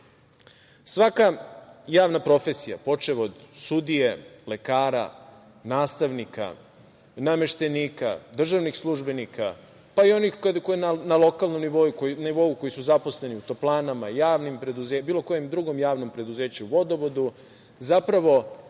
javna profesija počev od sudije, lekara, nastavnika, nameštenika, državnih službenika, pa i onih na lokalnom nivou koji su zaposleni u toplanama, javnim preduzećima, bilo kojem drugom javnom preduzeću, vodovodu, zapravo